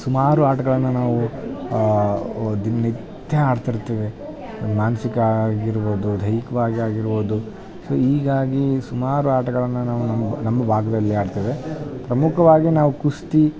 ಸುಮಾರು ಆಟಗಳನ್ನು ನಾವು ದಿನನಿತ್ಯ ಆಡ್ತಿರ್ತೀವಿ ಮಾನಸಿಕ ಆಗಿರ್ಬೌದು ದೈಹಿಕವಾಗಿ ಆಗಿರ್ಬೌದು ಸೊ ಹೀಗಾಗಿ ಸುಮಾರು ಆಟಗಳನ್ನು ನಾವು ನಮ್ಮ ನಮ್ಮ ಭಾಗದಲ್ಲೇ ಆಡ್ತೇವೆ ಪ್ರಮುಖವಾಗಿ ನಾವು ಕುಸ್ತಿ